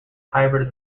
hybrid